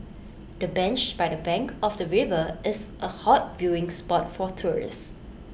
the bench by the bank of the river is A hot viewing spot for tourists